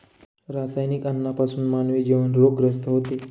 रासायनिक अन्नापासून मानवी जीवन रोगग्रस्त होते